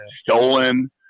stolen